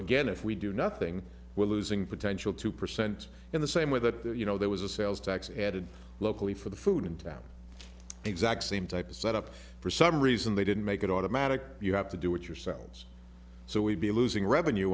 again if we do nothing we're losing potential two percent in the same way that you know there was a sales tax added locally for the food in town exact same type of set up for some reason they didn't make it automatic you have to do it yourselves so we'd be losing revenue